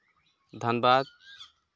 ᱫᱷᱟᱱᱵᱟᱫᱽ